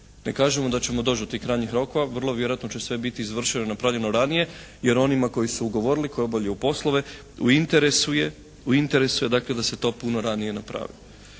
Ne kažemo da ćemo doći do tih krajnjih rokova, vrlo vjerojatno će sve biti izvršeno i napravljeno ranije, jer onima koji su ugovorili, koji obavljaju poslove u interesu je dakle da se to puno ranije napravi.